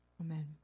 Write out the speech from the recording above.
Amen